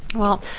well,